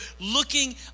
looking